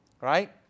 right